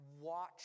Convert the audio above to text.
watch